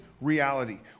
reality